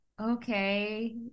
okay